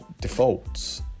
defaults